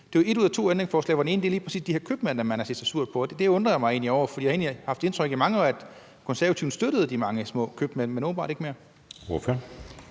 det er jo i et ud af to ændringsforslag, at det lige præcis er de her købmænd, man har set sig sur på, og det undrer jeg mig over. For jeg har egentlig i mange år haft indtryk af, at Konservative støttede de mange små købmænd, men det gør man åbenbart ikke mere.